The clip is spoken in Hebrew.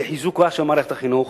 בלי חיזוקה של מערכת החינוך,